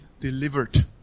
delivered